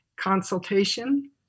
consultation